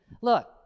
Look